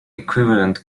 equivalent